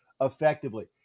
effectively